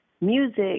music